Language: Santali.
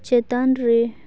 ᱪᱮᱛᱟᱱ ᱨᱮ